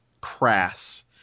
crass